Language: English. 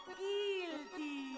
guilty